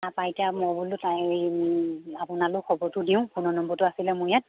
তাৰপৰা এতিয়া মই বোলোঁ তাই আপোনালৈয়ো খবৰটো দিওঁ ফোনৰ নম্বৰটো আছিলে মোৰ ইয়াত